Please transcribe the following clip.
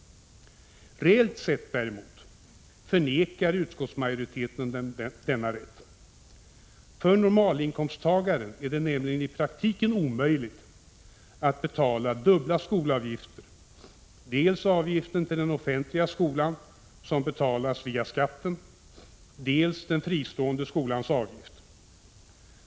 Reellt sett däremot förnekar utskottsmajoriteten dem denna rätt. För normalinkomsttagaren är det nämligen i praktiken omöjligt att betala dubbla skolavgifter — dels avgiften till den offentliga skolan som betalas via skatten, dels den fristående skolans avgift.